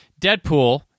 Deadpool